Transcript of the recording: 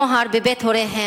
מוהַר בבית הוריהן.